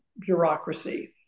bureaucracy